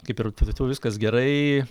kaip ir bet jau viskas gerai